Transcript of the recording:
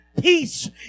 peace